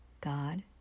God